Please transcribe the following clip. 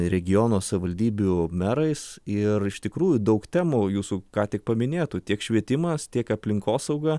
regiono savivaldybių merais ir iš tikrųjų daug temų jūsų ką tik paminėtų tiek švietimas tiek aplinkosauga